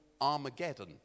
Armageddon